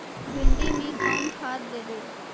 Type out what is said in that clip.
भिंडी में कोन खाद देबै?